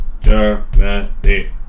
Germany